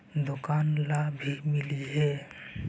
दुकान ला भी मिलहै?